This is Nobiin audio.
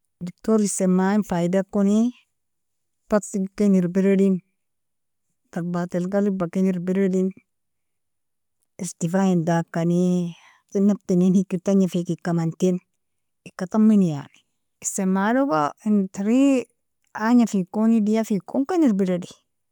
Diktorin semmaa faydakoni, daghtig ken irbiredin, darbat alqaliba ken irbiredin, irtifain dakani, nabd'innie hikir tagnafikea ika amentin, ika tamini yani, insemaa logo in tari agnafi koni, dieafi kon ken irbiredi.